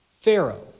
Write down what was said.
Pharaoh